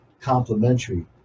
complementary